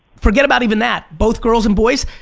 forget about even that, both girls and boys,